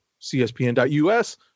CSPN.us